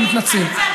אני מתנצל.